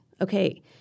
Okay